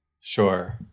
Sure